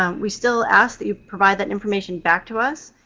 um we still ask that you provide that information back to us,